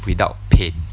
without pain